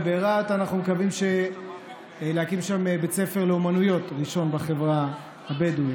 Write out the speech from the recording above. וברהט אנחנו מקווים להקים בית ספר לאומנויות ראשון בחברה הבדואית.